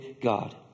God